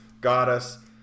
Goddess